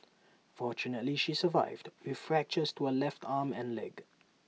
fortunately she survived with fractures to her left arm and leg